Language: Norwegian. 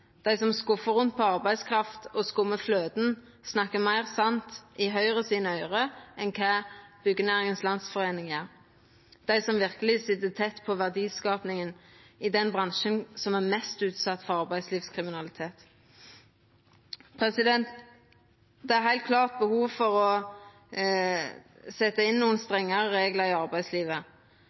som skuvar rundt på arbeidskraft og skummar fløyten, snakkar meir sant i Høgres øyre enn kva Byggenæringens Landsforening gjer, dei som verkeleg sit tett på verdiskapinga i den bransjen som er mest utsett for arbeidslivskriminalitet. Det er heilt klart behov for å setja inn nokre strengare reglar i arbeidslivet